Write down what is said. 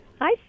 Hi